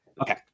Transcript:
Okay